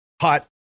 hot